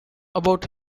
about